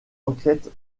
enquête